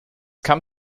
kam